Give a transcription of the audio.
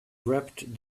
wrapped